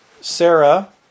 Sarah